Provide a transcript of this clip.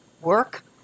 work